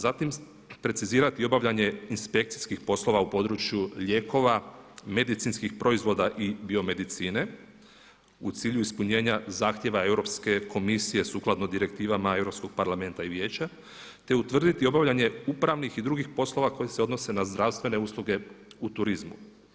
Zatim preciziranje obavljanje inspekcijskih poslova u području lijekova, medicinskih proizvoda i biomedicine u cilju ispunjenja zahtjeva Europske komisije sukladno direktivama Europskog parlamenta i Vijeća, te utvrditi obavljanje upravnih i drugih poslova koji se odnose na zdravstvene usluge u turizmu.